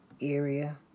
area